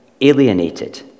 alienated